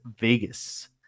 Vegas